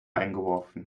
eingeworfen